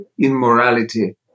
immorality